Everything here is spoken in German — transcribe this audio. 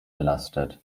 belastet